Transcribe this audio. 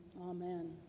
Amen